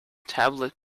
tablet